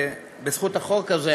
בזכות החוק הזה,